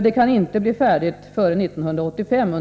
Det kan under alla omständigheter inte bli färdigt före 1985.